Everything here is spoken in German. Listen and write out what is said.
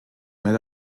mehr